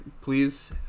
please